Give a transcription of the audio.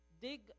Dig